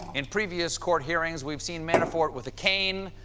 in previous court hearings, we've seen manafort with a cane.